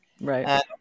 Right